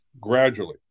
gradually